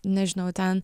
nežinau ten